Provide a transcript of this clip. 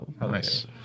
nice